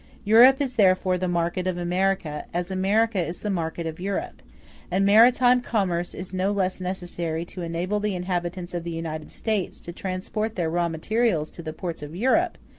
europe is therefore the market of america, as america is the market of europe and maritime commerce is no less necessary to enable the inhabitants of the united states to transport their raw materials to the ports of europe,